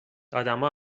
آدما